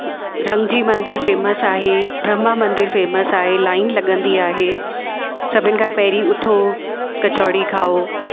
रमजी मंदिर फेमस आहे ब्रह्मा मंदर फेमस आहे लाइन लॻंदी आहे सभिनि खां पहिरीं उथो कचौड़ी खाओ